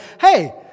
Hey